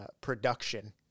production